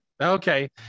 Okay